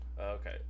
Okay